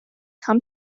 come